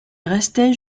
restaient